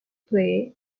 play